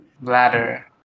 Bladder